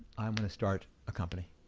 i'm gonna start a company.